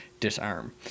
disarm